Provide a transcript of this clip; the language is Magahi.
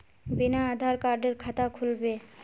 बिना आधार कार्डेर खाता खुल बे?